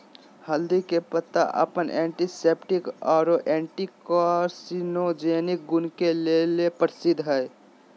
हल्दी के पत्ता अपन एंटीसेप्टिक आरो एंटी कार्सिनोजेनिक गुण के लेल प्रसिद्ध हई